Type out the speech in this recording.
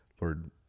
Lord